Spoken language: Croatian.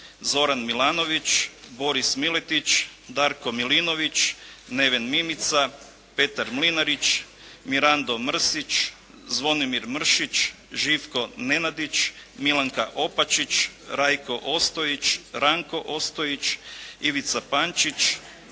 Zoran Milanović, Boris Miletić, Darko Milinović, Neven Mimica, Petar Mlinarić, Mirando Mrsić, Zvonimir Mršić, Živko Nenadić, Milanka Opačić, Rajko Ostojić, Ranko Ostojić, Ivica Pančić,